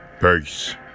Peace